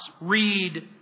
Read